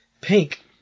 Pink